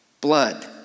blood